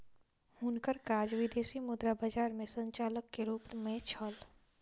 हुनकर काज विदेशी मुद्रा बजार में संचालक के रूप में छल